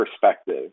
perspective